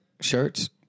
Shirts